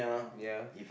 ya